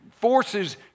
forces